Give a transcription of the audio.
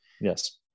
Yes